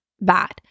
bad